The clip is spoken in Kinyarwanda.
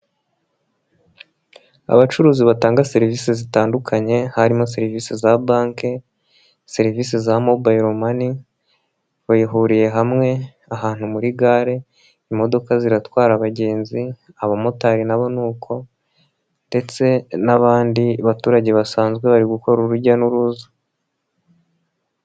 Abacuruzi batanga serivise zitandukanye, harimo serivise za banke, serivisi za mobile money, bahuriye hamwe, ahantu muri gare, imodoka ziratwara abagenzi, aba motari nabo ni uko ndetse n'abandi baturage basanzwe, bari gukora urujya n'uruza.